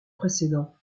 précédent